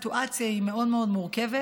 הסיטואציה היא מאוד מאוד מורכבת.